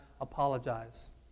apologize